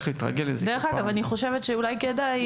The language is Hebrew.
דרך אגב, אני חושבת שאולי יהיה